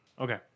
okay